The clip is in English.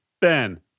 Ben